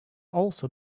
also